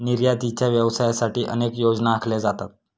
निर्यातीच्या व्यवसायासाठी अनेक योजना आखल्या जातात